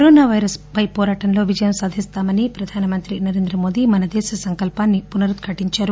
corona virus పై పోరాటంలో విజయం సాధిస్తామని ప్రధానమంత్రి నరేంద్ర మోదీ మన దేశ సంకల్పాన్ని పునరుద్ఘటించారు